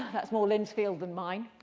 that's more lynne's field than mine.